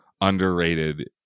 underrated